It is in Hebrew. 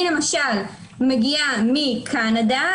אני למשל מגיעה מקנדה,